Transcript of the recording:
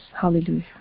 Hallelujah